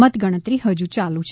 મત ગણતરી હજુ ચાલુ છે